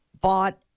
bought